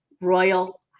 royal